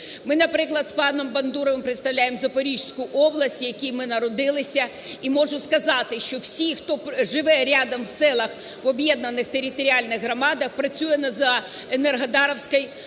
Ми, наприклад, з паном Бандуровим представляємо Запорізьку область, в якій ми народилися. І можу сказати, що всі, хто живе рядом в селах в об'єднаних територіальних громадах, працює за Енергодарською